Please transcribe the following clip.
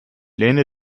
lehne